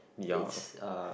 it's uh